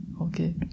okay